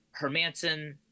Hermanson